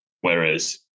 Whereas